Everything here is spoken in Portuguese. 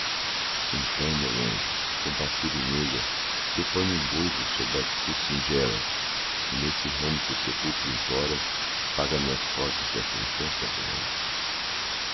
então meu anjo compassiva e meiga depõe me um goivo sobre a cruz singela e nesse ramo que o sepulcro implora paga-me as rosas desta infância bela